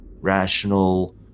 rational